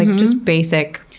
just basic,